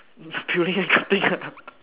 the peeling and cutting ah